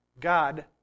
God